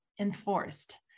enforced